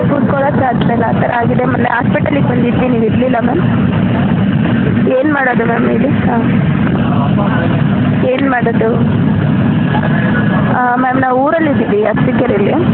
ಕೂತ್ಕೊಳಕ್ಕೆ ಆಗ್ತ ಇಲ್ಲ ಆ ಥರ ಆಗಿದೆ ಮೊನ್ನೆ ಆಸ್ಪೆಟಲಿಗೆ ಬಂದಿದ್ವಿ ನೀವು ಇರಲಿಲ್ಲ ಮ್ಯಾಮ್ ಏನು ಮಾಡೋದು ಮ್ಯಾಮ್ ಹೇಳಿ ಏನು ಮಾಡೋದು ಮ್ಯಾಮ್ ನಾವು ಊರಲ್ಲಿ ಇದ್ದೀವಿ ಅರಸೀಕೆರೆಲಿ